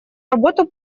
работу